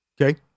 Okay